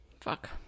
Fuck